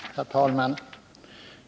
Herr talman!